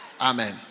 Amen